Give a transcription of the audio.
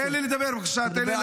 תן לי לדבר, בבקשה, תן לי להמשיך.